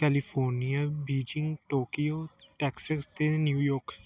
California Beijing Tokyo Texas ਅਤੇ New York